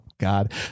God